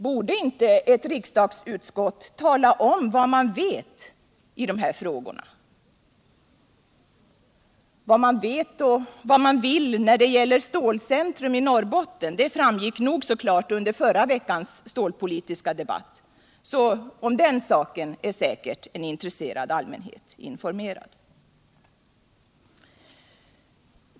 Borde inte ett riksdagsutskott tala om, vad man vet i de här frågorna? Vad man vet och vad man vill när det gäller stålcentrum i Norrbotten framgick nog så klart under förra veckans stålpolitiska debatt, så om den saken är säkert en intresserad allmänhet informerad.